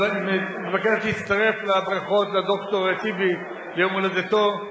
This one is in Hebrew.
אני מבקש להצטרף לברכות לד"ר טיבי ליום הולדתו.